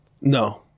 no